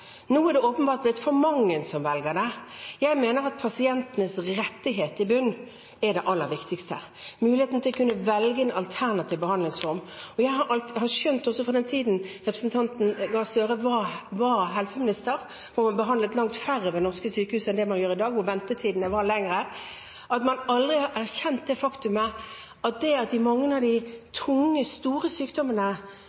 Nå er det åpenbart blitt for mange som velger det. Jeg mener at pasientenes rettighet i bunnen er det aller viktigste – muligheten til å kunne velge en alternativ behandlingsform. Jeg har skjønt, også fra den tiden representanten Gahr Støre var helseminister, da man behandlet langt færre ved norske sykehus enn det man gjør i dag, og ventetidene var lengre, at man aldri har erkjent det faktum at når det gjelder mange av de